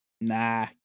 Nah